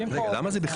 120. זה מצב